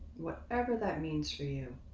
whatever that means for you.